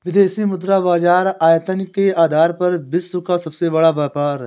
विदेशी मुद्रा बाजार आयतन के आधार पर विश्व का सबसे बड़ा बाज़ार है